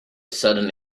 sudden